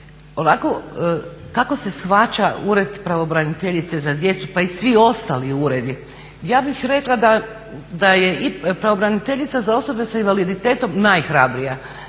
kako se shvaća Ured pravobraniteljice za djecu pa i svi ostali uredi, ja bih rekla da je pravobraniteljica za osobe s invaliditetom najhrabrija,